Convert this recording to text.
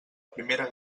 primera